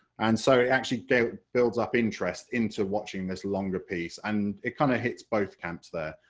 and so it actually builds up interest into watching this longer piece, and it kind of hits both camps there,